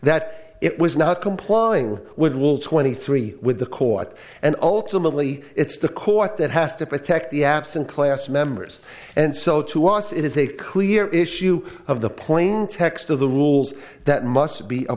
that it was not complying with will twenty three with the court and ultimately it's the court that has to protect the absent class members and so to us it is a clear issue of the plain text of the rules that must be a